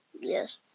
Yes